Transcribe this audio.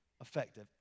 effective